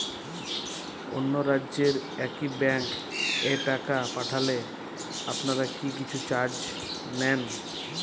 অন্য রাজ্যের একি ব্যাংক এ টাকা পাঠালে আপনারা কী কিছু চার্জ নেন?